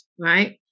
right